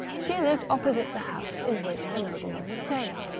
she lived opposite the house in which the nobleman was staying.